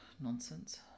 nonsense